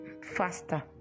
faster